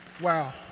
Wow